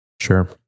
Sure